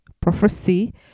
prophecy